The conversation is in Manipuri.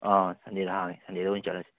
ꯑꯥ ꯁꯟꯗꯦꯗ ꯍꯥꯡꯉꯦ ꯁꯟꯗꯦꯗ ꯑꯣꯏꯅ ꯆꯠꯂꯁꯦ